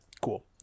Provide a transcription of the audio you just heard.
Cool